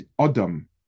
Adam